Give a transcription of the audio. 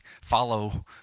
follow